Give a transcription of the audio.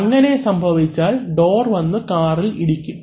അങ്ങനെ സംഭവിച്ചാൽ ഡോർ വന്നു കാറിൽ ഇടിക്കും